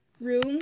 room